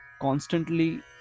constantly